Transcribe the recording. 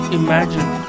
imagine